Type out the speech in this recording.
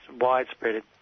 widespread